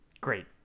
Great